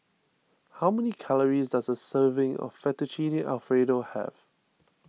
how many calories does a serving of Fettuccine Alfredo have